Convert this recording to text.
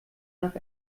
nach